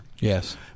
Yes